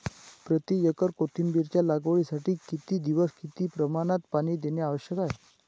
प्रति एकर कोथिंबिरीच्या लागवडीसाठी किती दिवस किती प्रमाणात पाणी देणे आवश्यक आहे?